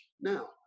Now